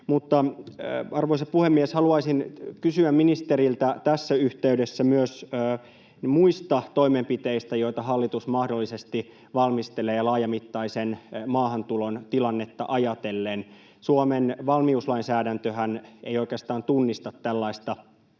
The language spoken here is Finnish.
Arvoisa puhemies! Haluaisin kysyä ministeriltä tässä yhteydessä myös muista toimenpiteistä, joita hallitus mahdollisesti valmistelee laajamittaisen maahantulon tilannetta ajatellen. Suomen valmiuslainsäädäntöhän ei oikeastaan tunnista tällaista